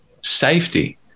safety